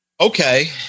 Okay